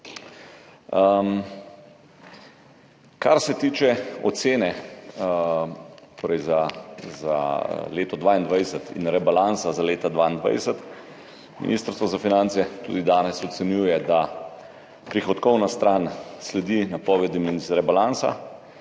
Kar se tiče ocene za leto 2022 in rebalansa za leto 2022. Ministrstvo za finance tudi danes ocenjuje, da prihodkovna stran sledi napovedim iz rebalansa,